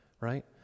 right